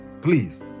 Please